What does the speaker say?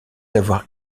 avoir